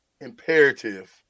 imperative